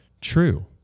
true